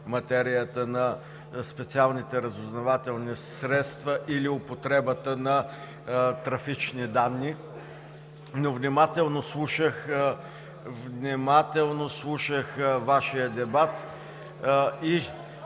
на специалните разузнавателни средства или употребата на трафични данни, но внимателно слушах Вашия дебат и